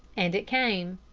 and it came.